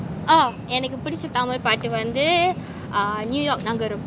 oh எனக்கு பிடிச்ச தமிழ் பாட்டு வந்து:enakku pidicha thamil paatu vanthu uh new york நகரம்:nagaram